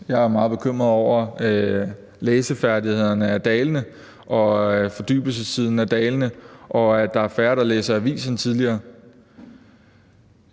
Jeg er meget bekymret over, at læsefærdighederne er dalende, og at fordybelsessiden er dalende, og at der er færre, der læser avis, end tidligere.